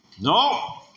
No